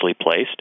placed